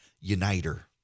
uniter